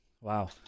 Wow